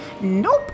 Nope